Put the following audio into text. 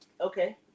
Okay